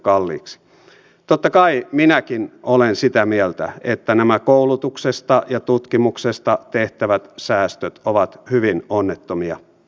totta kai minäkin olen sitä mieltä että nämä koulutuksesta ja tutkimuksesta tehtävät säästöt ovat hyvin onnettomia